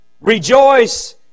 Rejoice